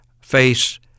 face